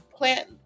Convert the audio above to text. plant